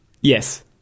Yes